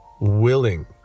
willing